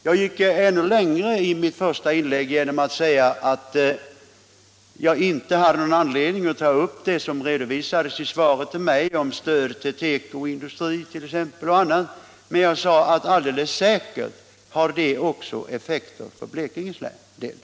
Jag gick ännu längre i mitt första inlägg genom att säga att jag inte hade någon anledning att ta upp det som redovisades i svaret till mig om stödet till tekoindustrin m.m., men jag tillade att alldeles säkert har det också effekter för Blekinges del.